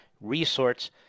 resource